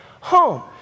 home